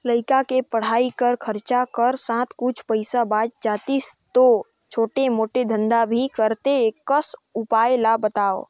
लइका के पढ़ाई कर खरचा कर साथ कुछ पईसा बाच जातिस तो छोटे मोटे धंधा भी करते एकस उपाय ला बताव?